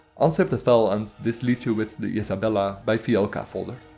unzip the file and this leaves you with the isabella by fialka folder.